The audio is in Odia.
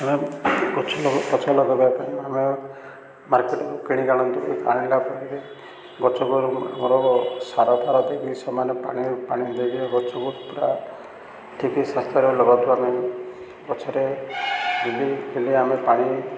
ଆମେ ଗଛ ଗଛ ଲଗେଇବା ପାଇଁ ଆମେ ମାର୍କେଟକୁ କିଣିିକି ଆଣନ୍ତୁ ଆାଣିଲା ପରେ ଗଛ ଗରୁ ଆମର ସାର ଫାର ଦେଇକି ସେମାନେ ପାଣି ପାଣି ଦେଇକି ଗଛକୁ ପୁରା ଠିକି ସ୍ୱାସ୍ଥ୍ୟରେ ଲଗନ୍ତୁ ଆମେ ଗଛରେ ବିଲ ବିଲ ଆମେ ପାଣି